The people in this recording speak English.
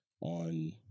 on